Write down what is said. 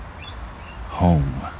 home